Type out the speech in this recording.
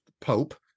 Pope